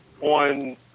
on